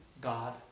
God